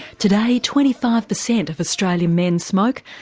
today twenty five percent of australian men smoke,